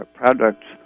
products